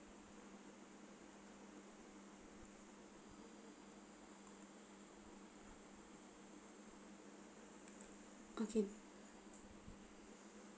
okay